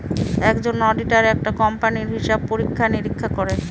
একজন অডিটার একটা কোম্পানির হিসাব পরীক্ষা নিরীক্ষা করে